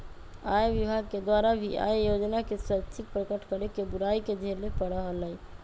आय विभाग के द्वारा भी आय योजना के स्वैच्छिक प्रकट करे के बुराई के झेले पड़ा हलय